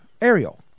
Ariel